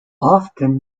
often